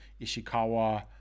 Ishikawa